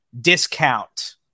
discount